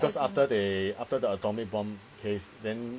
because after they after the atomic bomb case then